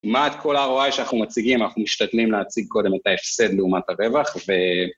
כמעט כל ה ROI שאנחנו מציגים, אנחנו משתתנים להציג קודם את ההפסד לעומת הרווח ו...